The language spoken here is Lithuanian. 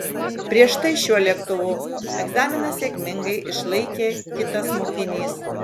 prieš tai šiuo lėktuvu egzaminą sėkmingai išlaikė kitas mokinys